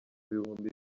ibihumbi